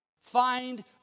Find